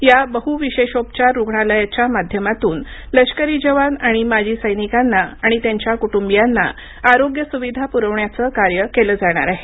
या बहु विशेषोपचार रुग्णालयाच्या माध्यमातून लष्करी जवान आणि माजी सैनिकांना आणि त्यांच्या कुटुंबियांना आरोग्यसूविधा प्रवण्याचं कार्य केलं जाणार आहे